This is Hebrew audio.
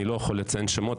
ואני לא יכול לציין שמות,